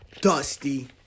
Dusty